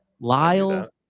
Lyle